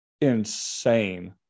insane